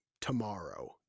tomorrow